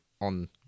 on